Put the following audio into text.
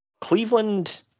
Cleveland